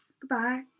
Goodbye